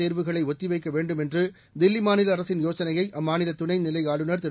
தேர்வுகளை ஒத்தி வைக்க வேண்டும் என்று தில்லி மாநில அரசின் யோசனையை அம்மாநில துணை நிலை ஆளுநர் திரு